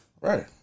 Right